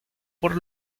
por